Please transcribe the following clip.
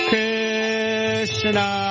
Krishna